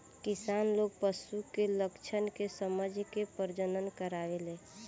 किसान लोग पशु के लक्षण के समझ के प्रजनन करावेलन